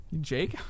Jake